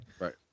Right